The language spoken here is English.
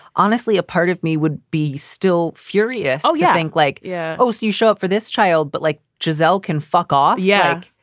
honestly, a part of me would be still furious. oh, yeah, i think like. yeah oh, so you show up for this child but like chazelle can fuck off. yeah.